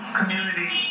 community